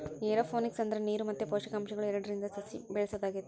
aeroponics ಅಂದ್ರ ನೀರು ಮತ್ತೆ ಪೋಷಕಾಂಶಗಳು ಎರಡ್ರಿಂದ ಸಸಿಗಳ್ನ ಬೆಳೆಸೊದಾಗೆತೆ